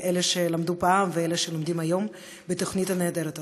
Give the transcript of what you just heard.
אלה שלמדו פעם ואלה שלומדים היום בתוכנית הנהדרת הזאת.